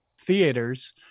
theaters